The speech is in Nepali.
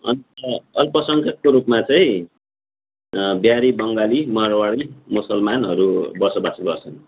अन्त अल्पसङ्ख्यकको रूपमा चाहिँ बिहारी बङ्गाली मारवाडी मुसलमानहरू बसोबास गर्छन्